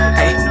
hey